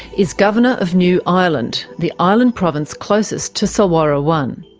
is governor of new ireland, the island province closest to solwara one.